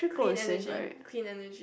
clean energy clean energy